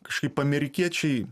kažkaip amerikiečiai